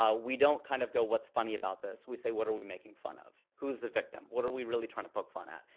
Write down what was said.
we don't kind of go, what's funny about this, we say, what are we making fun of. who's the victim? what are we really trying to poke fun at?